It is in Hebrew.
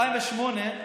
2008,